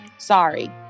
Sorry